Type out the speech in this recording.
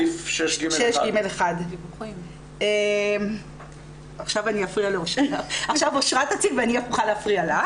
סעיף 6ג1. עכשיו אושרה תציג ואני אפריע לה.